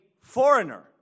foreigner